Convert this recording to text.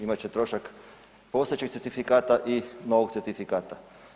Imat će trošak postojećeg certifikata i novog certifikata.